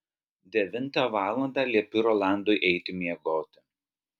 devintą valandą liepiu rolandui eiti miegoti